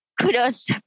kudos